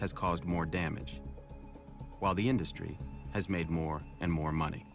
has caused more damage while the industry has made more and more money